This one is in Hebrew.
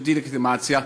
של דה-לגיטימציה,